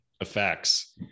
effects